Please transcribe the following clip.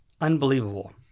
Unbelievable